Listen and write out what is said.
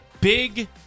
big